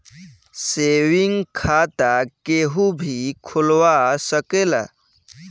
saving खाता केहू भी खोलवा सकेला